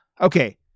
Okay